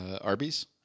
Arby's